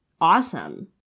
awesome